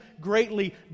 greatly